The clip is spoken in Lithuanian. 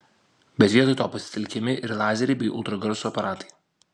bet vietoj to pasitelkiami ir lazeriai bei ultragarso aparatai